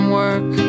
work